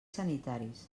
sanitaris